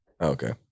Okay